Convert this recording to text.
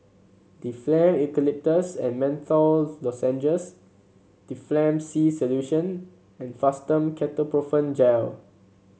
Difflam Eucalyptus and Menthol Lozenges Difflam C Solution and Fastum Ketoprofen Gel